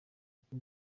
uko